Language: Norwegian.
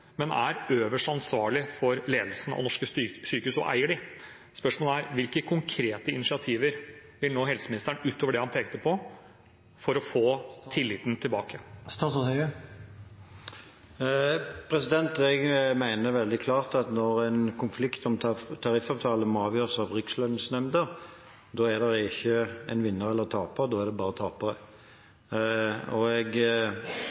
men er den øverste ansvarlige for ledelsen av norske sykehus og eier dem. Spørsmålet er: Hvilke konkrete initiativer vil helseministeren iverksette, utover det han pekte på, for å få tilbake tilliten? Jeg mener veldig klart at når en konflikt om tariffavtale må avgjøres av Rikslønnsnemnda, er det ikke en vinner eller taper, da er det bare tapere. Jeg